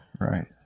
right